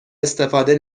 استفاده